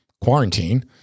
quarantine